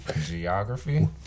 Geography